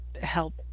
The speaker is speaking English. help